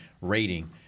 rating